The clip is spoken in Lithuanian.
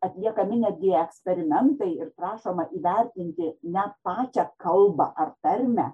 atliekami netgi eksperimentai ir prašoma įvertinti na pačią kalbą ar tarmę